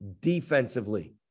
defensively